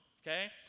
Okay